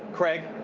craig?